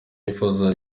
yifuza